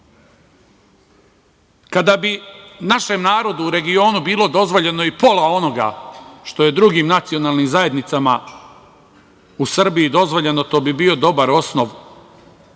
bi našem narodu u regionu bilo dozvoljeno i pola onoga što je drugim nacionalnim zajednicama u Srbiji dozvoljeno, to bi bio dobar osnov